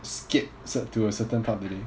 skip cer~ to a certain part of the day